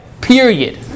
Period